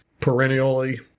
perennially